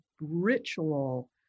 ritual